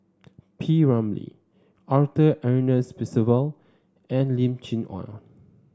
P Ramlee Arthur Ernest Percival and Lim Chee Onn